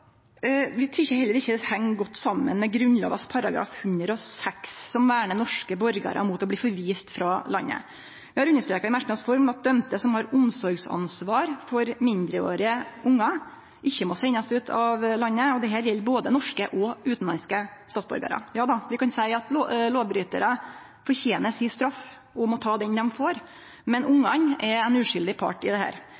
Vi tykkjer heller ikkje det heng godt saman med Grunnlova § 106, som vernar norske borgarar mot å bli forviste frå landet. Vi har understreka i merknads form at dømde som har omsorgsansvar for mindreårige ungar, ikkje må sendast ut av landet. Dette gjeld både norske og utanlandske statsborgarar. Ja då, vi kan seie at lovbrytarar fortener straffa si og må ta den dei får, men